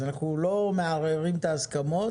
אז אנחנו לא מערערים את ההסכמות